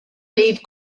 leave